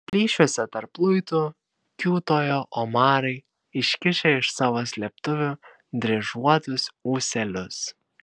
plyšiuose tarp luitų kiūtojo omarai iškišę iš savo slėptuvių dryžuotus ūselius